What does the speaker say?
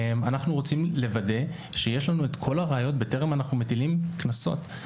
אנחנו רוצים לוודא שיש לנו כל הראיות בטרם אנחנו מטילים קנסות.